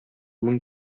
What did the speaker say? мең